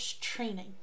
training